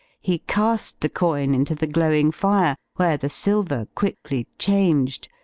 he cast the coin into the glowing fire, where the silver quickly changed,